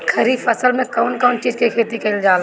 खरीफ फसल मे कउन कउन चीज के खेती कईल जाला?